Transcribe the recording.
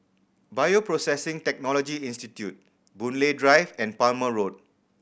Bioprocessing Technology Institute Boon Lay Drive and Palmer Road